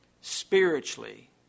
spiritually